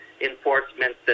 enforcement